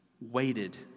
waited